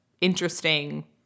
interesting